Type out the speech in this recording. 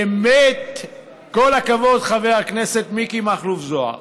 באמת כל הכבוד, חבר הכנסת מיקי מכלוף זוהר.